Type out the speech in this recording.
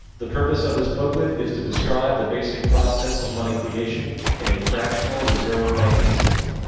the purpose of this booklet is to describe the basic process of money creation in a fractional reserve banking system.